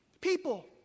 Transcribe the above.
People